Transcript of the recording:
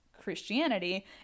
Christianity